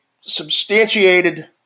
substantiated